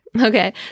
Okay